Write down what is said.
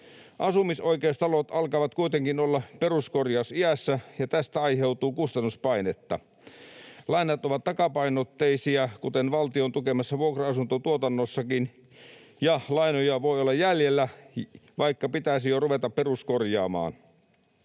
Asumisoikeustalot alkavat kuitenkin olla peruskorjausiässä, ja tästä aiheutuu kustannuspainetta. Lainat ovat takapainotteisia, kuten valtion tukemassa vuokra-asuntotuotannossakin, ja lainoja voi olla jäljellä, vaikka pitäisi jo ruveta peruskorjaamaan.